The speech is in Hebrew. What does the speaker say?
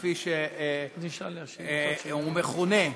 כפי שהוא מכונה.